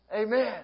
Amen